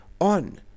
on